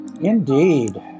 Indeed